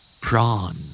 Prawn